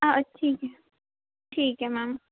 ਅਹ ਠੀਕ ਹੈ ਠੀਕ ਹੈ ਮੈਮ